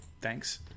thanks